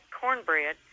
cornbread